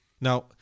Now